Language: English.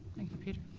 thank you, peter.